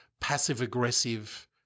passive-aggressive